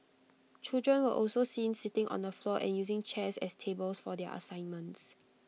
children were also seen sitting on the floor and using chairs as tables for their assignments